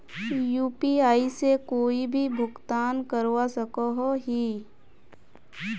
UPI से कोई भी भुगतान करवा सकोहो ही?